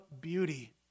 beauty